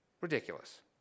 Ridiculous